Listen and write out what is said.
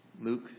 Luke